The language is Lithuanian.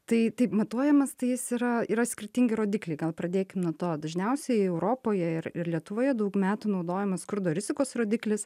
tai taip matuojamas tai jis yra yra skirtingi rodikliai gal pradėkim nuo to dažniausiai europoje ir ir lietuvoje daug metų naudojamas skurdo rizikos rodiklis